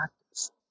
Practice